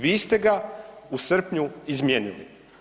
Vi ste ga u srpnju izmijenili.